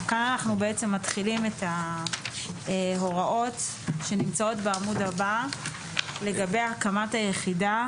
כאן אנחנו בעצם מתחילים את ההוראות שנמצאות בעמוד הבא לגבי הקמת היחידה.